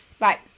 right